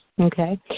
Okay